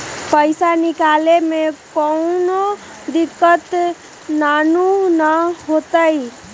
पईसा निकले में कउनो दिक़्क़त नानू न होताई?